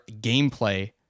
gameplay